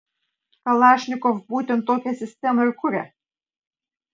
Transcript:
kalašnikov būtent tokią sistemą ir kuria